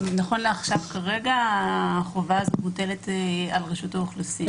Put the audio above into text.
כרגע החובה הזאת מוטלת על רשות האוכלוסין.